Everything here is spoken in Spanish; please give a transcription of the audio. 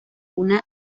una